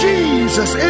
Jesus